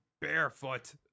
barefoot